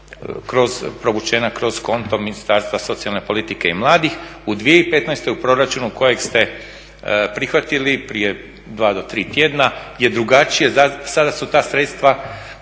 kroz konto Ministarstva socijalne politike i mladih. U 2015. u proračunu kojeg ste prihvatili prije dva do tri tjedna je drugačije, sada su ta sredstva,